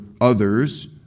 others